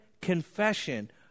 confession